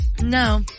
No